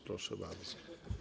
Proszę bardzo.